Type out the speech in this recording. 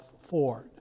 Ford